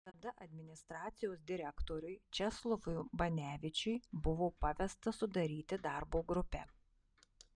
tada administracijos direktoriui česlovui banevičiui buvo pavesta sudaryti darbo grupę